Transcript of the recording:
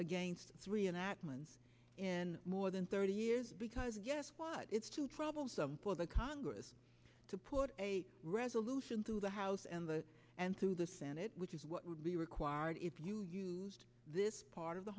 against three enactments in more than thirty years because it's too troublesome for the congress to put a resolution through the house and that and through the senate which is what would be required if you used this part of the